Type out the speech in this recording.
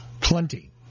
Plenty